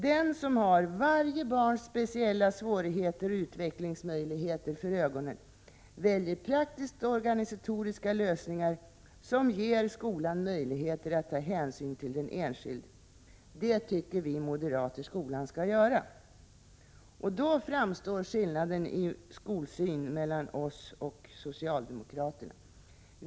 Den som har varje barns speciella svårigheter och utvecklingsmöjligheter för ögonen väljer praktiska organisatoriska lösningar som ger skolan möjlighet att ta hänsyn till den enskilde eleven. Det tycker vi moderater att skolan skall göra. Här framkommer skillnaden mellan oss och socialdemokraterna när det gäller synen på skolan.